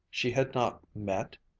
she had not met,